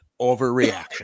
overreaction